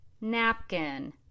napkin